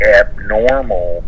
abnormal